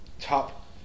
top